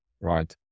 right